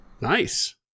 Nice